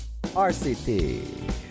RCT